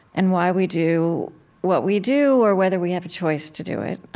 and why we do what we do or whether we have a choice to do it.